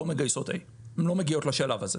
לא מגייסות A. הן לא מגיעות לשלב הזה.